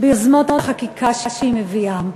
ביוזמות החקיקה שהיא מביאה.